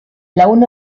lagun